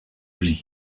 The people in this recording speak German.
blieb